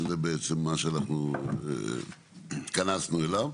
שזה בעצם מה שאנחנו התכנסנו אליו.